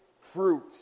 fruit